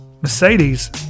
Mercedes